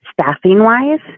staffing-wise